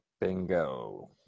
Bingo